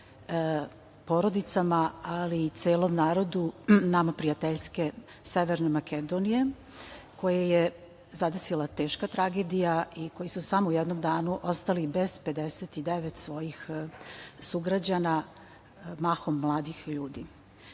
porodicama, ali i celom narodu nama prijateljske Severne Makedonije, koje je zadesila teška tragedija i koji su u samo jednom danu ostali bez 59 svojih sugrađana, mahom mladih ljudi.